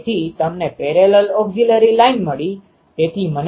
તેવી જ રીતે 34ની પેટર્ન અહી આવશે અને તે પછી આ ઇન્ટર એલીમેન્ટ સ્પેસિંગ ૦2 છે